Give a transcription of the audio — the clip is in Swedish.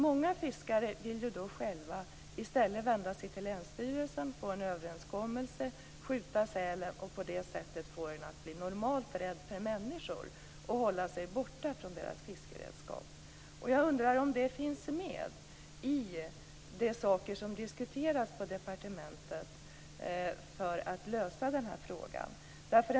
Många fiskare vill i stället själva vända sig till länsstyrelsen, få en överenskommelse, skjuta sälen och på det sättet få den att bli normalt rädd för människor och hålla sig borta från fiskeredskapen. Jag undrar om detta finns med bland de åtgärder som diskuteras på departementet för att lösa det här problemet.